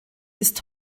ist